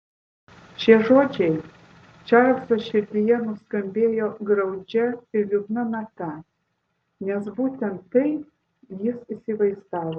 šie žodžiai čarlzo širdyje nuskambėjo graudžia ir liūdna nata nes būtent tai jis įsivaizdavo